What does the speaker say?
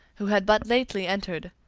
who had but lately entered,